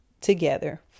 together